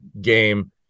game